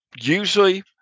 Usually